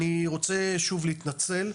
אני רוצה שוב להתנצל,